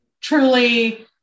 truly